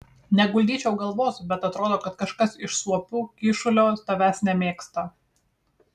neguldyčiau galvos bet atrodo kažkas iš suopių kyšulio tavęs nemėgsta